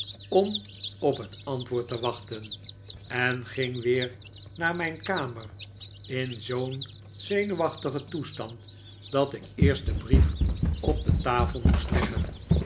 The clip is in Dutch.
om op het antwoord te wachten en ging weer naar mijn kamer in zoo'n zenuwachtigen toestand dat ik eerst den brief op de tafel moest leggen